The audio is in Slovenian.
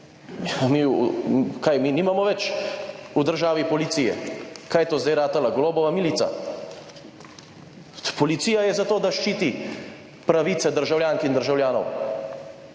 mi nimamo več v državi policije? Kaj je to zdaj ratala Golobova milica? Policija je zato, da ščiti pravice državljank in državljanov,